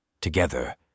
Together